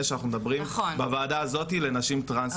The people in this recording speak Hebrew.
שאנחנו מדברים בוועדה הזאת לנשים טרנסיות.